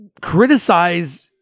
criticize